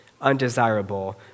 undesirable